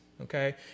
Okay